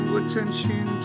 attention